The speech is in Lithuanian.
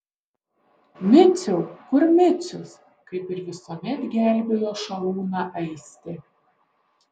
miciau kur micius kaip ir visuomet gelbėjo šarūną aistė